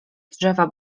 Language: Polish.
drzewa